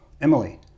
Emily